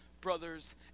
brothers